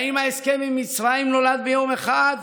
האם ההסכם עם מצרים נולד ביום אחד?